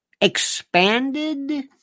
expanded